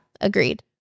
agreed